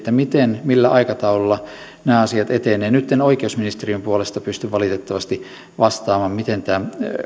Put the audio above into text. että miten ja millä aikataululla nämä asiat etenevät nyt en oikeusministeriön puolesta pysty valitettavasti vastaamaan miten